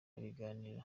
kuganira